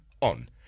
on